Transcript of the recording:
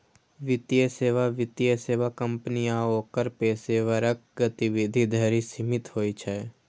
वित्तीय सेवा वित्तीय सेवा कंपनी आ ओकर पेशेवरक गतिविधि धरि सीमित होइ छै